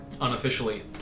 unofficially